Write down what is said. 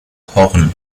horn